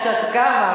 איך ש"ס קמה.